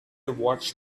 watched